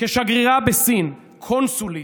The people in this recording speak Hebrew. כשגרירה בסין, קונסולית.